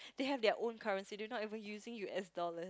they have their own currency they are not even using U_S dollar